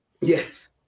Yes